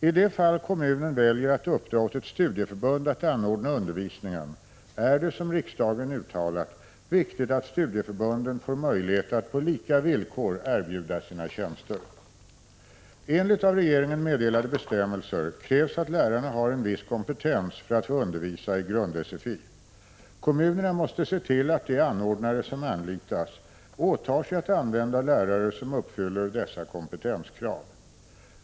I de fall kommunen väljer att uppdra åt ett studieförbund att anordna undervisningen är det, som riksdagen uttalat, viktigt att studieförbunden får möjlighet att på lika villkor erbjuda sina tjänster. Enligt av regeringen meddelade bestämmelser krävs att lärarna har en viss kompetens för att få undervisa i grund-sfi. Kommunerna måste se till att de anordnare som anlitas åtar sig att använda lärare som uppfyller dessa kompetenskrav.